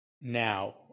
now